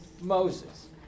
Moses